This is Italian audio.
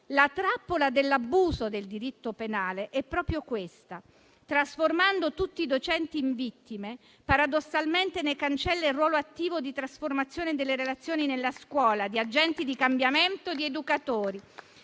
La trappola dell'abuso del diritto penale è proprio questa: trasformando tutti i docenti in vittime, paradossalmente se ne cancella il ruolo attivo di trasformazione delle relazioni nella scuola, di agenti di cambiamento, di educatori.